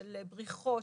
של בריחות,